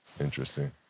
Interesting